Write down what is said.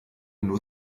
nur